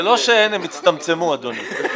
זה לא שאין, הן הצטמצמו, אדוני.